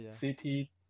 city